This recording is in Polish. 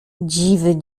dziwy